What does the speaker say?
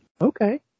Okay